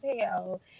hell